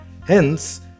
Hence